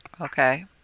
Okay